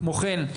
כמו כן,